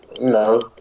No